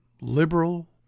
liberal